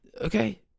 Okay